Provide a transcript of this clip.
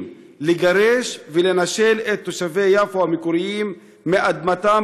לגרש ולנשל את תושבי יפו המקוריים מאדמתם,